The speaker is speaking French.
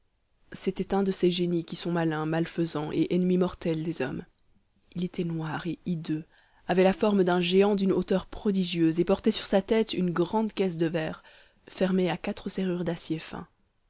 c'était un de ces génies qui sont malins malfaisants et ennemis mortels des hommes il était noir et hideux avait la forme d'un géant d'une hauteur prodigieuse et portait sur sa tête une grande caisse de verre fermée à quatre serrures d'acier fin